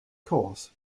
course